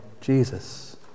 Jesus